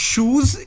shoes